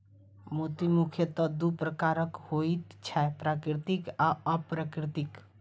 मोती मुखयतः दू प्रकारक होइत छै, प्राकृतिक आ अप्राकृतिक